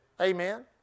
Amen